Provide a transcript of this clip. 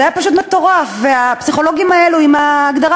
זה היה פשוט מטורף: הפסיכולוגים האלה עם ההגדרה